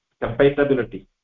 compatibility